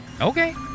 Okay